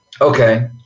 okay